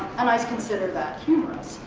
and i consider that humorous.